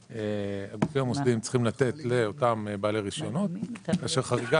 שהגופים המוסדיים צריכים לתת לאותם בעלי רישיונות כאשר חריגה